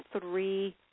three